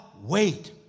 wait